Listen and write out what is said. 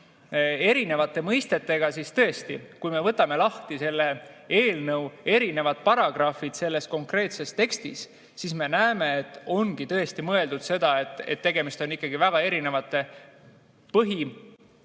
kui me võtame lahti selle eelnõu erinevad paragrahvid selles konkreetses tekstis, siis me näeme, et ongi mõeldud seda, et tegemist on ikkagi väga erinevate põhimõtetega